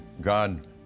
God